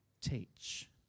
teach